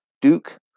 Duke